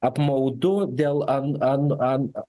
apmaudu dėl an an an